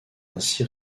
ainsi